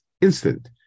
instant